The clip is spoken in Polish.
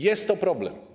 Jest to problem.